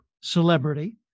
celebrity